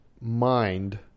mind